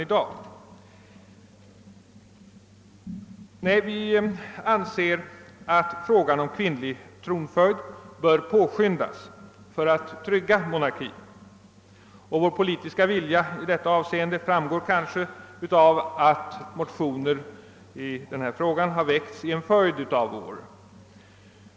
Vi inom vårt parti anser att införandet av kvinnlig tronföljd bör påskyndas för att trygga monarkin, och vår politiska vilja i detta avseende framgår av att motioner i denna fråga har väckts under en följd av år.